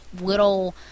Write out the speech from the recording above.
little